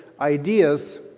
Ideas